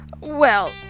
Well